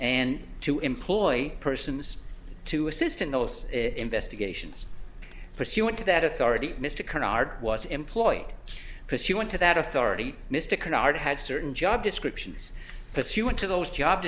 and to employ persons to assist in those investigations for she went to that authority mr canard was employed because she went to that authority mr canard had certain job descriptions but she went to those job